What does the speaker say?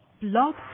Blog